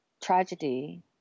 tragedy